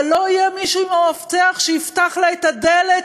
לא יהיה מישהו עם המפתח שיפתח לה את הדלת,